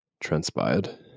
Transpired